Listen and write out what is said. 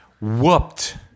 Whooped